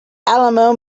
alamo